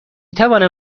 توانم